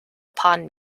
upon